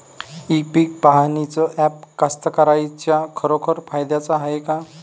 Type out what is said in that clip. इ पीक पहानीचं ॲप कास्तकाराइच्या खरोखर फायद्याचं हाये का?